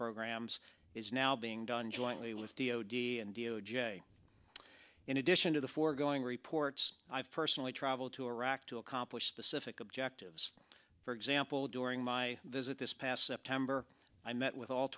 programs is now being done jointly with the o d and d o j in addition to the foregoing reports i've personally traveled to iraq to accomplish the civic objectives for example during my visit this past september i met with all